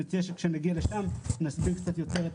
אני מציע שכשנגיע לשם נסביר קצת יותר את